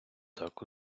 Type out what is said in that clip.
так